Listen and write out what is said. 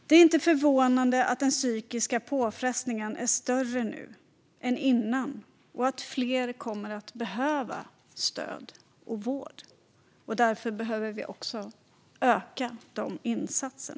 Det är inte förvånande att den psykiska påfrestningen är större nu än innan och att fler kommer att behöva stöd och vård. Därför behöver vi öka dessa insatser.